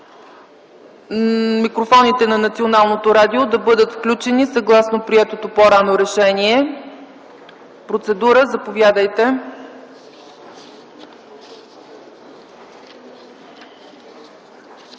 микрофоните на Националното радио да бъдат включени съгласно приетото по-рано решение. Процедура – заповядайте.